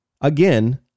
again